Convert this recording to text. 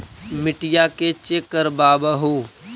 मिट्टीया के चेक करबाबहू?